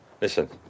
listen